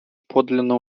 подлинно